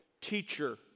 teacher